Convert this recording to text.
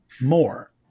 more